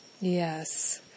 Yes